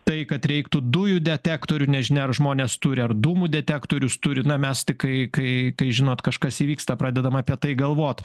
tai kad reiktų dujų detektorių nežinia ar žmonės turi ar dūmų detektorius turi na mes tik kai kai kai žinot kažkas įvyksta pradedam apie tai galvot